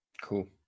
Cool